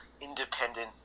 independent